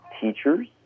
teachers